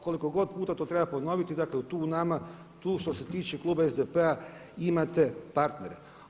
Koliko god puta to treba ponoviti, dakle tu u nama, tu što se tiče kluba SDP-a imate partnere.